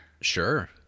Sure